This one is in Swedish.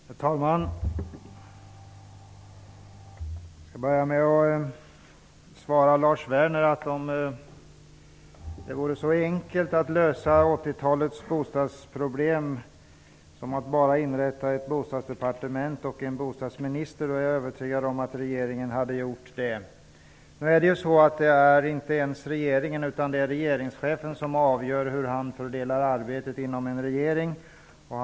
Herr talman! Jag skall börja med att svara Lars Om det vore så enkelt att lösa 80-talets bostadsproblem som att bara inrätta ett bostadsdepartement och en bostadsminister är jag övertygad om att regeringen hade gjort det. Det är inte regeringen utan regeringschefen som avgör hur arbetet inom en regering fördelas.